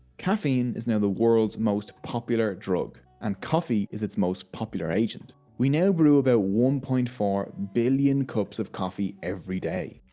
caffeine is now the world's most popular drug and coffee is its most popular agent. we now brew about one point four billion cups of coffee a day.